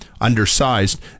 undersized